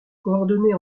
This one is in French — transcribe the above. coordonnée